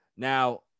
Now